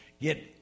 get